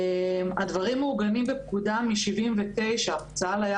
הדברים מעוגנים בפקודה מאז שנת 1979. צה"ל היה